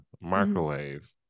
Microwave